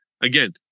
Again